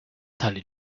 tali